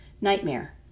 Nightmare